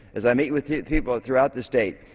as i meet with yeah people throughout the state,